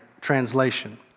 translation